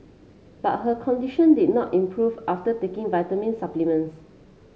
but her condition did not improve after taking vitamin supplements